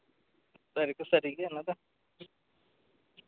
ᱚᱱᱟ ᱫᱚ